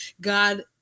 God